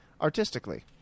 artistically